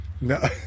No